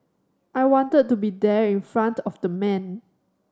I wanted to be there in front of the man